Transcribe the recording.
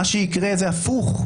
מה שיקרה זה הפוך.